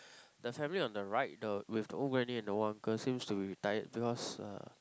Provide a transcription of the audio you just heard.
the family on the right the with the old granny and the old uncle seems to be retired because uh